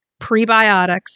prebiotics